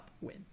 win